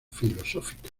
filosófica